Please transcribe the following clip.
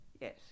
Yes